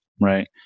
Right